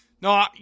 No